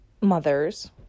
mothers